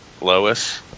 Lois